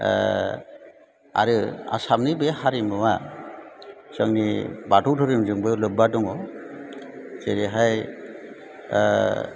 ओह आरो आसामनि बे हारिमुवा जोंनि बाथौ धोरोमजोंबो लोब्बा दङ जेरैहाय ओह